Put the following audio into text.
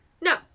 No